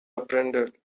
apprehended